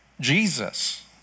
Jesus